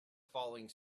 falling